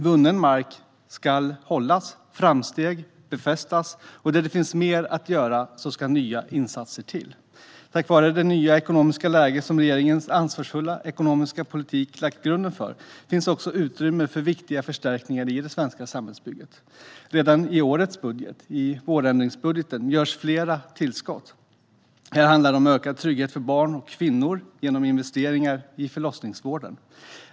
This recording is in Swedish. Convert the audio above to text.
Vunnen mark ska hållas och framsteg befästas, och där det finns mer att göra ska nya insatser till. Tack vare det nya ekonomiska läge som regeringens ansvarsfulla ekonomiska politik lagt grunden för finns också utrymme för viktiga förstärkningar av det svenska samhällsbygget. Redan i årets budget, i vårändringsbudgeten, görs flera tillskott. Det handlar till exempel om ökad trygghet för barn och kvinnor genom investeringar i förlossningsvården.